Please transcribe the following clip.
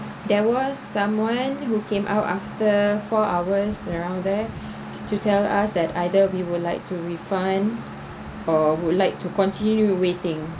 there was someone who came out after four hours around there to tell us that either we would like to refund or would like to continue waiting